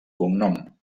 cognom